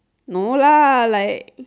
no lah like